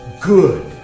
Good